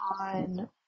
on